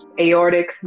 aortic